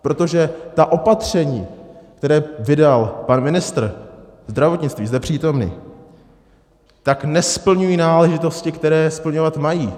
Protože ta opatření, která vydal pan ministr zdravotnictví zde přítomný, nesplňují náležitosti, které splňovat mají.